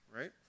right